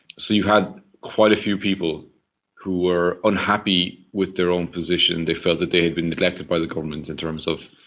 so you had quite a few people who were unhappy with their own position, they felt that they had been neglected by the government in terms of,